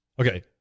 Okay